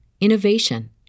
innovation